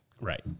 right